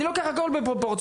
אני לוקח הכל בפרופורציות,